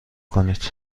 کنید